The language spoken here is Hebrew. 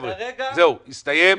הסתיים.